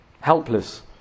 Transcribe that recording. helpless